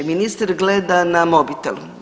Ministar gleda na mobitel.